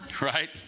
Right